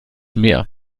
mehr